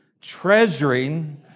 treasuring